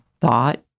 thought